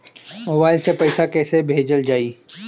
Mobile से पैसा कैसे भेजल जाइ?